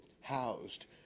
housed